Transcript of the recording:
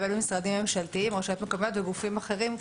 בין משרדים ממשלתיים או ---- בגופים אחרים,